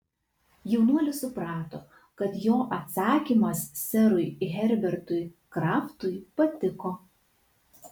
jaunuolis suprato kad jo atsakymas serui herbertui kraftui patiko